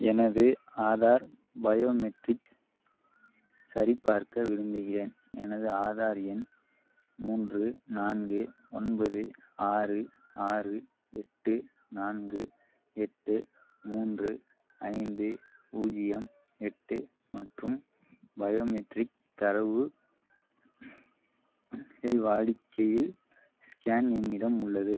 எனது ஆதார் பயோமெட்ரிக்ஸ் சரிபார்க்க விரும்புகிறேன் எனது ஆதார் எண் மூன்று நான்கு ஒன்பது ஆறு ஆறு எட்டு நான்கு எட்டு மூன்று ஐந்து பூஜ்ஜியம் எட்டு மற்றும் பயோமெட்ரிக் தரவு கை வாடிக்கையில் ஸ்கேன் என்னிடம் உள்ளது